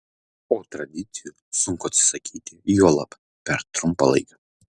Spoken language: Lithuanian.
o tradicijų sunku atsisakyti juolab per trumpą laiką